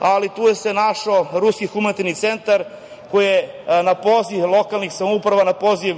ali tu se našao Ruski humanitarni centar koji je na poziv lokalnih samouprava, na poziv